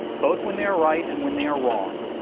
both when they are right and when they are wrong,